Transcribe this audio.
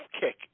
kick